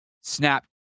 snap